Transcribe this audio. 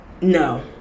No